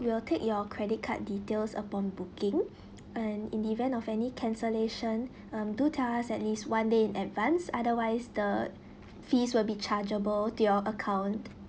we will take your credit card details upon booking and in the event of any cancellation um do tell us at least one day in advance otherwise the fees will be chargeable to your account